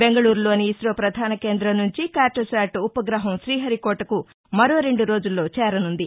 బెంగళూరులోని ఇస్పో ప్రధాన కేంద్రం నుంచి కార్టోశాట్ ఉష్కగ్రహం ఠీహరికోటకు మరో రెండు రోజుల్లో చేరనుంది